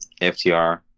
FTR